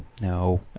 No